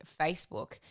Facebook